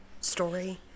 story